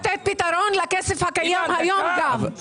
יש לתת פתרון לכסף הקיים היום גם.